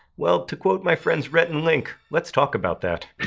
well, to quote my friends rhett and link, let's talk about that.